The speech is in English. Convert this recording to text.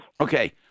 Okay